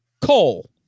coal